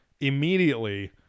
Immediately